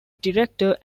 director